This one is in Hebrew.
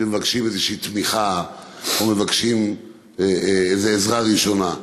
שמבקשים איזו תמיכה או שמבקשים איזו עזרה ראשונה.